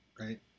right